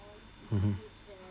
mmhmm